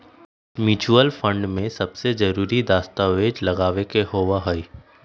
mutual fund में सब जरूरी दस्तावेज लगावे के होबा हई